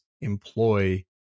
employ